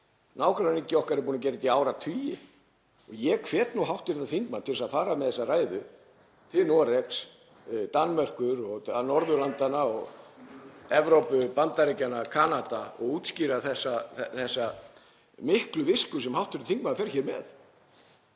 Nágrannaríki okkar eru búin að gera þetta í áratugi. Ég hvet hv. þingmann til að fara með þessa ræðu til Noregs, Danmerkur og Norðurlandanna, Evrópu, Bandaríkjanna og Kanada og útskýra þessa miklu visku sem hv. þingmaður fer hér með.